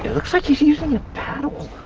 looks like he's using a paddle.